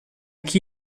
qui